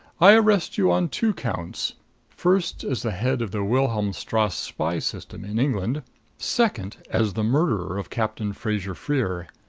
i arrest you on two counts first, as the head of the wilhelmstrasse spy system in england second, as the murderer of captain fraser-freer.